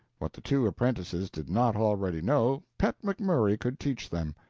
what the two apprentices did not already know, pet mcmurry could teach them.